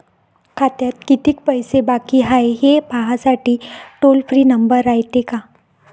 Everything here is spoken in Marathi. खात्यात कितीक पैसे बाकी हाय, हे पाहासाठी टोल फ्री नंबर रायते का?